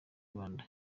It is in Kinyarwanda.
rwanda